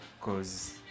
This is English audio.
cause